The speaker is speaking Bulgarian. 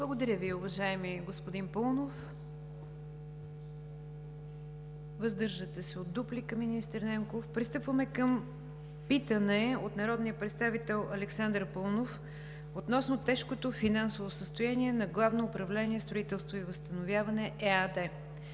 Благодаря Ви, уважаеми господин Паунов. Въздържате се от дуплика, министър Нанков. Пристъпваме към питане от народния представител Александър Паунов относно тежкото финансово състояние на „Главно управление строителство и възстановяване“ ЕАД.